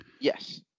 Yes